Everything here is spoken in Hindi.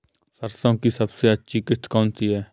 सरसो की सबसे अच्छी किश्त कौन सी है?